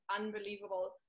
unbelievable